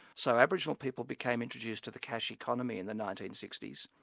so aboriginal people became introduced to the cash economy in the nineteen sixty s.